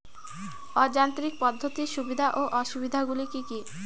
অযান্ত্রিক পদ্ধতির সুবিধা ও অসুবিধা গুলি কি কি?